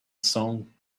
song